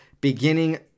beginning